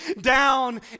down